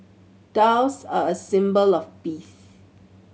doves are a symbol of peace